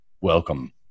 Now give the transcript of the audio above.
Welcome